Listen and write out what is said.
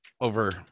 Over